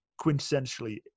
quintessentially